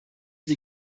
die